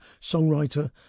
songwriter